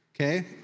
Okay